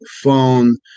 phone